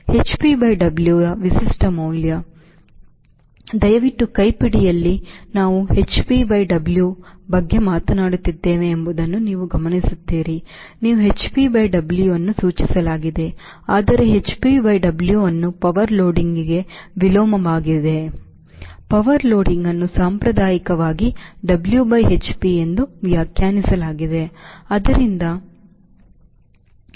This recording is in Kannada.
hp by W ಯ ವಿಶಿಷ್ಟ ಮೌಲ್ಯ ದಯವಿಟ್ಟು ಕೈಪಿಡಿಯಲ್ಲಿ ನಾವು hpW ಯ ಬಗ್ಗೆ ಮಾತನಾಡುತ್ತಿದ್ದೇವೆ ಎಂಬುದನ್ನು ನೀವು ಗಮನಿಸುತ್ತೀರಿ ನೀವು HpW ಅನ್ನು ಸೂಚಿಸಲಾಗುತ್ತದೆ ಆದರೆ hp by W ಅನ್ನು power ಲೋಡಿಂಗ್ಗೆ ವಿಲೋಮವಾಗಿರುತ್ತದೆ power loading ಅನ್ನು ಸಾಂಪ್ರದಾಯಿಕವಾಗಿ W by hp ಎಂದು ವ್ಯಾಖ್ಯಾನಿಸಲಾಗುತ್ತದೆ